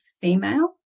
female